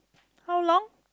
how long